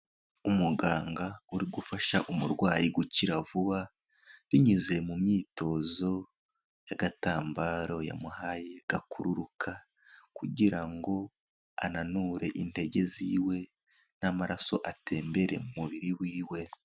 Umuganga uri gufasha umurwayi gukira vuba, binyuze mu myitozo y'agatambaro yamuhaye gakururuka kugira ngo ananure intege ziwe n'amaraso atembere mu mubiri wiwe.